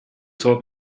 taught